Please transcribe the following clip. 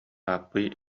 ааппый